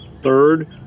third